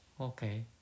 okay